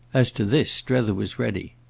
as to this strether was ready.